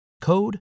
code